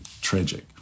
tragic